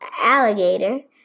alligator